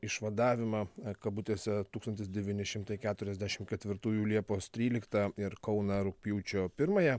išvadavimą kabutėse tūkstantis devyni šimtai keturiasdešim ketvirtųjų liepos tryliktą ir kauną rugpjūčio pirmąją